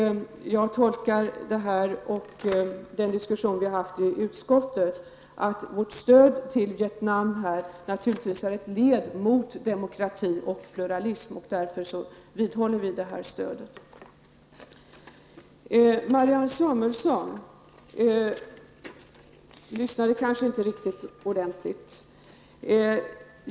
Jag tolkar detta och den diskussion vi har haft i utskottet så att stödet till Vietnam naturligtvis är ett led i strävandena att åstadkomma demokrati och pluralism. Därför vidhåller vi det stödet. Marianne Samuelsson lyssnade kanske inte riktigt ordentligt.